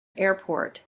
airport